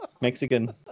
Mexican